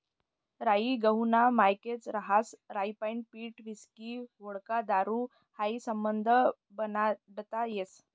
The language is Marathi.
राई गहूना मायेकच रहास राईपाईन पीठ व्हिस्की व्होडका दारू हायी समधं बनाडता येस